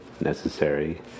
necessary